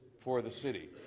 for the city.